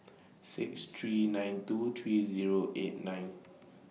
six three nine two three Zero eight nine